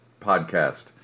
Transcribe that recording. podcast